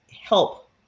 help